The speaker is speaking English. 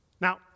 Now